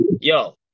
Yo